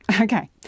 Okay